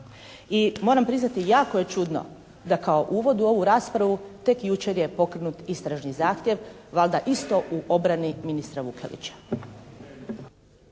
I moram priznati, jako je čudno da kao uvod u ovu raspravu tek jučer je pokrenut istražni zahtjev valjda isto u obrani ministra Vukelića.